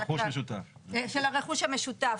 הרכוש המשותף.